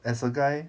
as a guy